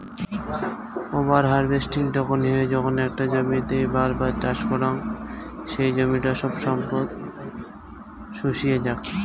over harvesting তখন হই যখন একটা জমিতেই বার বার চাষ করাং সেই জমিটার সব সম্পদ শুষিয়ে যাক